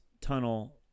tunnel